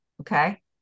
Okay